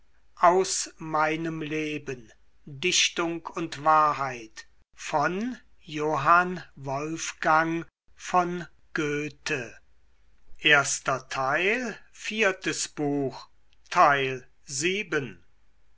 dichtung und wahrheit